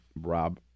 Rob